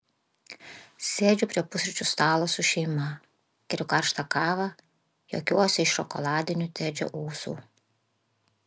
sėdžiu prie pusryčių stalo su šeima geriu karštą kavą juokiuosi iš šokoladinių tedžio ūsų